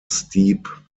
steep